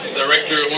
director